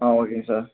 ஆ ஓகேங்க சார்